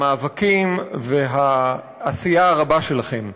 על המאבקים והעשייה הרבה שלכם.